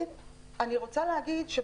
ברשותך,